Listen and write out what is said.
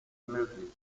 möglich